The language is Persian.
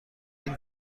این